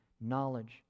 knowledge